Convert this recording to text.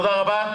תודה רבה.